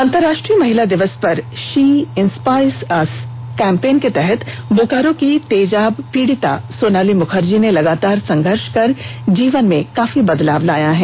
अंतरराष्ट्रीय महिला दिवस पर शी इंस्पायर्स अस कैंपन के तहत बोकारो की तेजाब पीड़िता सोनाली मुखर्जी ने लगातार संघर्ष कर जीवन में काफी बदलाव लाया है